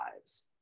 lives